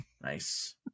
Nice